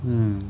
mm